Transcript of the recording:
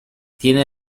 tiene